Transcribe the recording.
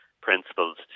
principles